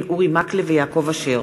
אורי מקלב ויעקב אשר,